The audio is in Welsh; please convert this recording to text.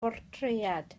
bortread